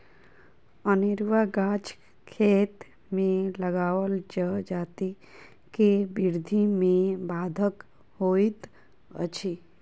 अनेरूआ गाछ खेत मे लगाओल जजाति के वृद्धि मे बाधक होइत अछि